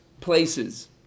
places